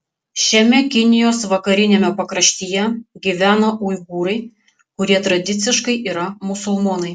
šiame kinijos vakariniame pakraštyje gyvena uigūrai kurie tradiciškai yra musulmonai